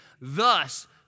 thus